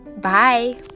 Bye